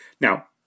now